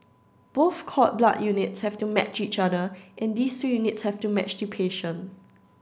both cord blood units have to match each other and these two units have to match the patient